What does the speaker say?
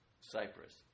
Cyprus